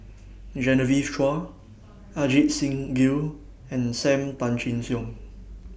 Genevieve Chua Ajit Singh Gill and SAM Tan Chin Siong